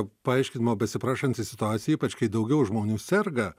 paaiškinimo besiprašanti situacija ypač kai daugiau žmonių serga